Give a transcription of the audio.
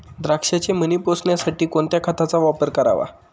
द्राक्षाचे मणी पोसण्यासाठी कोणत्या खताचा वापर करावा?